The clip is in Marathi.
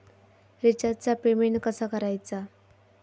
रिचार्जचा पेमेंट कसा करायचा?